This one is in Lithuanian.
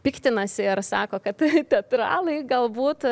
piktinasi ir sako kad teatralai galbūt